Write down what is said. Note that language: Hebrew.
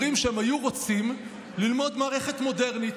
אומרים שהם היו רוצים ללמוד מערכת מודרנית.